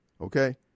Okay